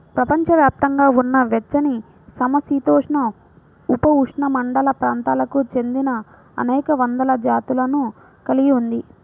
ప్రపంచవ్యాప్తంగా ఉన్న వెచ్చనిసమశీతోష్ణ, ఉపఉష్ణమండల ప్రాంతాలకు చెందినఅనేక వందల జాతులను కలిగి ఉంది